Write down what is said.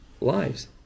lives